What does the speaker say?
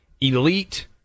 elite